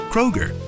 Kroger